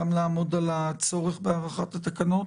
גם לעמוד על הצורך בהארכת התקנות